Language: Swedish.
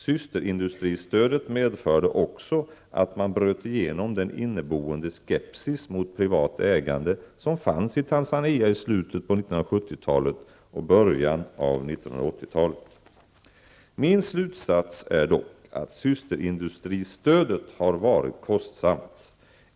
Systerindustristödet medförde också att man bröt igenom den inneboende skepsis mot privat ägande som fanns i Tanzania i slutet av 1970-talet och i början av 1980 Min slutsats är dock att systerindustristödet har varit kostsamt.